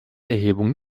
erhebung